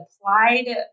applied